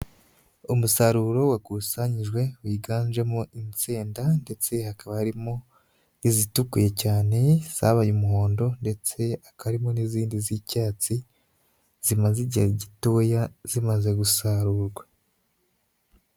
Umusaruro wakusanyijwe wiganjemo insenda ndetse hakaba harimo izitukuye cyane zabaye umuhondo ndetse hakaba harimo n'izindi z'icyatsi, zimaze igihe gitoya zimaze gusarurwa.